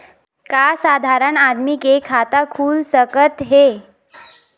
का साधारण आदमी के खाता खुल सकत हे?